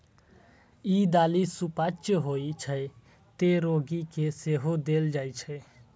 ई दालि सुपाच्य होइ छै, तें रोगी कें सेहो देल जाइ छै